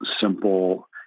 simple